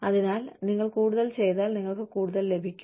അതിനാൽ നിങ്ങൾ കൂടുതൽ ചെയ്താൽ നിങ്ങൾക്ക് കൂടുതൽ ലഭിക്കും